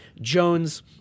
Jones